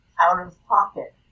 out-of-pocket